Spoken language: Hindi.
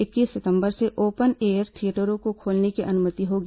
इक्कीस सितंबर से ओपन एयर थिएटरों को खोलने की अनुमति होगी